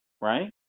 right